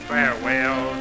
Farewell